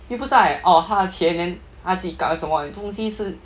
又不是 like orh 他的钱 then 他自己 kup 还是什么这种东西是